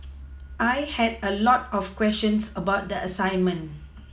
I had a lot of questions about the assignment